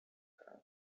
prawie